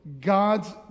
God's